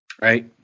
Right